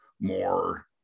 more